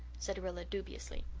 said rilla dubiously.